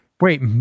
Wait